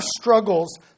struggles